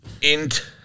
int